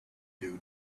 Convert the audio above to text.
due